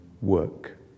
work